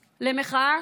למחאה,